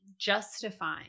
justifying